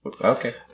Okay